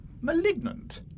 Malignant